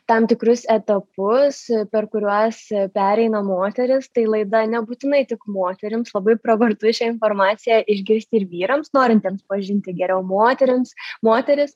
tam tikrus etapus per kuriuos pereina moterys tai laida nebūtinai tik moterims labai pravartu šią informaciją išgirsti ir vyrams norintiems pažinti geriau moterims moteris